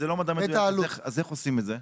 אם זה לא מדע מדויק, אז איך עושים את זה?